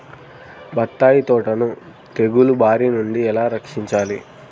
బత్తాయి తోటను తెగులు బారి నుండి ఎలా రక్షించాలి?